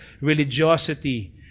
religiosity